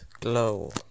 glow